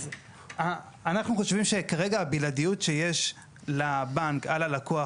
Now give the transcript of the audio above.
אז אנחנו חושבים שכרגע הבלעדיות שיש לבנק על הלקוח,